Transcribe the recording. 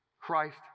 Christ